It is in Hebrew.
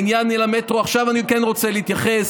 העניין עם המטרו, עכשיו אני כן רוצה להתייחס.